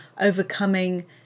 overcoming